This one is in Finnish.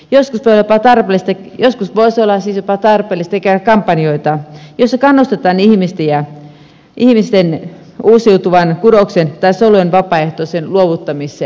jos vettä tarvis te keskus joskus voisi olla jopa tarpeellista käydä kampanjoita joissa kannustetaan ihmisiä uusiutuvan kudoksen tai solujen vapaaehtoiseen luovuttamiseen